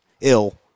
ill